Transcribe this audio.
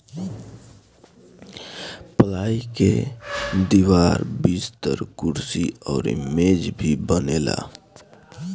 पलाई के दीवार, बिस्तर, कुर्सी अउरी मेज भी बनेला